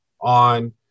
on